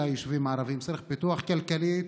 היישובים הערביים: צריך פיתוח כלכלי,